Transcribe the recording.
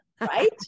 right